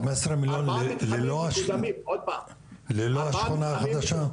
חמש עשרה מיליון ללא השכונה החדשה?